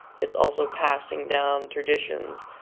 it's also passing down traditions,